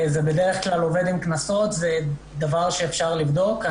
זה בדרך כלל עובד עם קנסות, זה דבר שאפשר לבדוק.